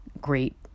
great